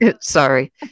sorry